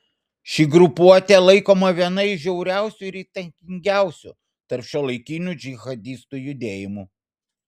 ši grupuotė laikoma viena iš žiauriausių ir įtakingiausių tarp šiuolaikinių džihadistų judėjimų